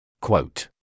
Quote